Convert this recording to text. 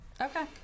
Okay